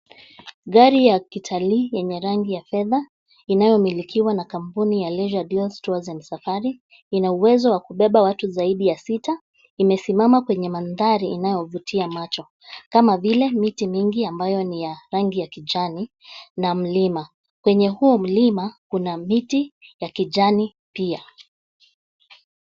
Gari ya kitalii yenye rangi ya fedha inayomilikiwa na kampuni ya Leisure deals tours and safaris. Inauwezo wakubeba watu zaidi ya sita. Imesimama kwenye mandhari inayovutia macho kama vile miti mingi ambayo ni ya rangi ya kijani na mlima. Kwenye huo mlima kuna miti ya kijani pia.